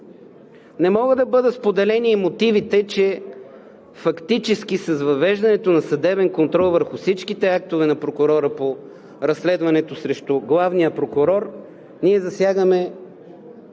Не могат да бъдат споделени и мотивите, че фактически с въвеждането на съдебен контрол върху всичките актове на прокурора по разследването срещу главния прокурор ние засягаме